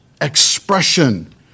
expression